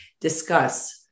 discuss